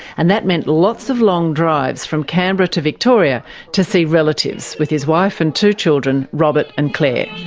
and that meant lots of long drives, from canberra to victoria to see relatives, with his wife and two children, robert and clare.